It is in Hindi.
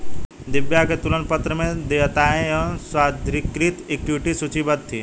दिव्या के तुलन पत्र में देयताएं एवं स्वाधिकृत इक्विटी सूचीबद्ध थी